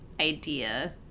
idea